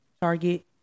Target